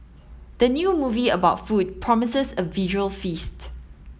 the new movie about food promises a visual feast